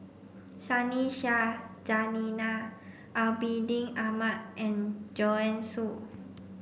Sunny Sia Zainal Abidin Ahmad and Joanne Soo